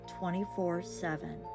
24-7